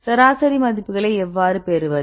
சராசரி மதிப்புகளை எவ்வாறு பெறுவது